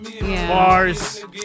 bars